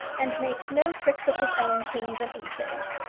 and makes no tricks of his own kings and aces.